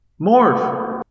Morph